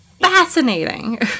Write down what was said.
fascinating